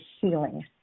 healing